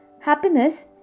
Happiness